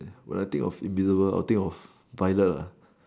when I think of invisible I'll think of violet lah